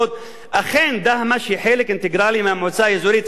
אכן דהמש הוא חלק אינטגרלי של המועצה האזורית עמק לוד,